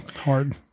Hard